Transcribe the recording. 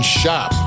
shop